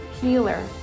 healer